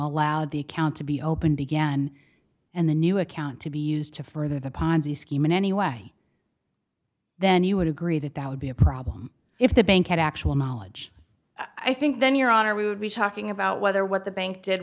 allowed the count to be opened again and the new account to be used to further the ponzi scheme in any way then you would agree that that would be a problem if the bank had actual knowledge i think then your honor we would be talking about whether what the bank did